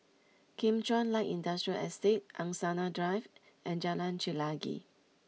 Kim Chuan Light Industrial Estate Angsana Drive and Jalan Chelagi